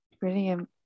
brilliant